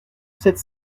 sept